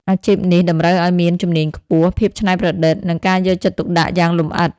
អាជីពនេះតម្រូវឱ្យមានជំនាញខ្ពស់ ភាពច្នៃប្រឌិត និងការយកចិត្តទុកដាក់យ៉ាងលម្អិត។